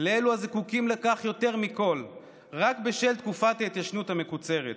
לאלו הזקוקים לכך יותר מכול רק בגלל תקופת ההתיישנות המקוצרת.